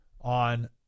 on